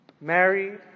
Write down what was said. Mary